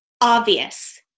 obvious